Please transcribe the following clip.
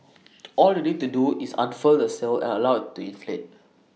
all you need to do is unfurl the sail and allow IT to inflate